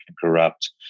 corrupt